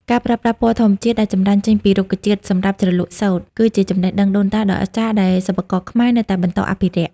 ការប្រើប្រាស់ពណ៌ធម្មជាតិដែលចម្រាញ់ចេញពីរុក្ខជាតិសម្រាប់ជ្រលក់សូត្រ គឺជាចំណេះដឹងដូនតាដ៏អស្ចារ្យដែលសិប្បករខ្មែរនៅតែបន្តអភិរក្ស។